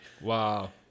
Wow